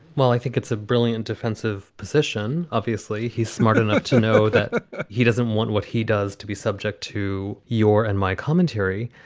well, i think it's a brilliant defensive position. obviously, he's smart enough to know that he doesn't want what he does to be subject to your and my commentary.